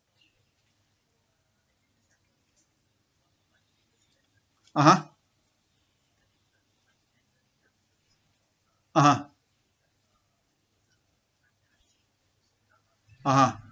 (uh huh) (uh huh) (uh huh)